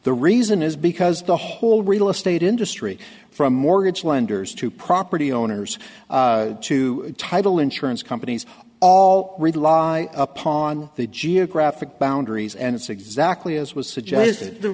the reason is because the whole real estate industry from mortgage lenders to property owners to title insurance companies all rely upon the geographic boundaries and it's exactly as was suggested the